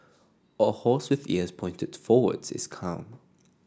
a horse with ears pointed forwards is calm